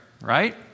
right